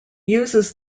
uses